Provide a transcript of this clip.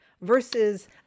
versus